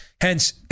Hence